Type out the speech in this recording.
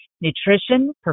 nutrition